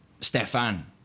Stefan